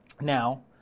now